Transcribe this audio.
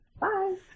Bye